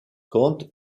conte